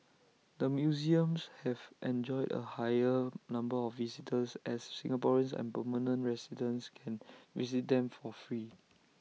the museums have enjoyed A higher number of visitors as Singaporeans and permanent residents can visit them for free